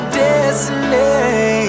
destiny